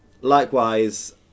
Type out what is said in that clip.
Likewise